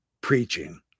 preaching